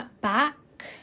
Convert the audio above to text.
back